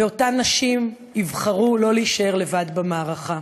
אותן נשים יבחרו שלא להישאר לבד במערכה.